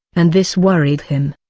and this worried him.